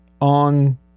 on